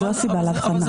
אבל זה לא משנה.